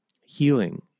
healing